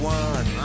one